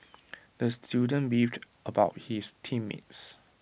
the student beefed about his team mates